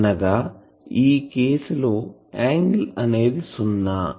అనగా ఈ కేసు లో యాంగిల్ అనేది సున్నా